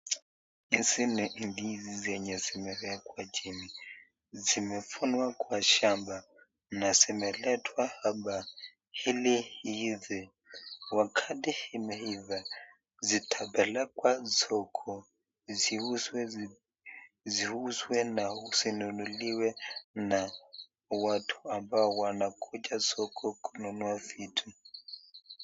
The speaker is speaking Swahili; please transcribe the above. Hizi ni ndizi zenye zimewekwa chini zimevunwa kwa shamba na zimeletwa hapa ili iive wakatai imeiva zitapelekwa soko ziuzwe na zinunuliwe na watu ambao wanakuja soko kununua vitu.